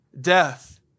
Death